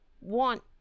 want